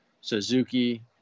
suzuki